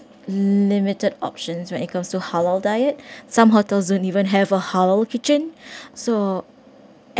limited options when it comes to halal diet some hotels don't even have a halal kitchen so